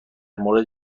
مورد